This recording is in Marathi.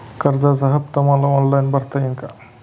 कर्जाचा हफ्ता मला ऑनलाईन भरता येईल का?